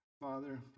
Father